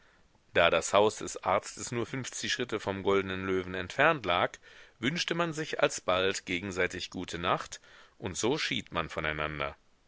da das haus des arztes nur fünfzig schritte vom goldnen löwen entfernt lag wünschte man sich alsbald gegenseitig gute nacht und so schied man voneinander